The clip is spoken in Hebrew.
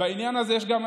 שבעניין הזה יש גם אנשים,